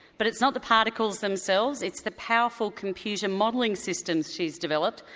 but it's not the particles themselves, it's the powerful computer modelling systems she's developed.